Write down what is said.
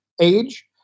age